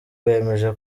bemeje